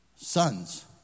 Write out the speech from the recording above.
Sons